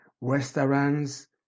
Restaurants